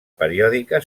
periòdica